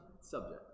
subject